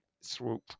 swoop